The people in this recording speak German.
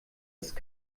ist